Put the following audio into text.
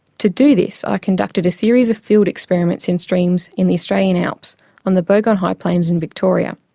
to do this i conducted a series of field experiments in streams in the australian alps on the bogong high plains in victoria.